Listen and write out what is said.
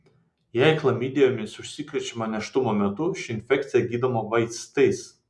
jei chlamidijomis užsikrečiama nėštumo metu ši infekcija gydoma vaistais